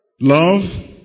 Love